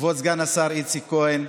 כבוד סגן השר איציק כהן,